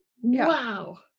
Wow